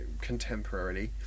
Contemporarily